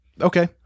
Okay